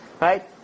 Right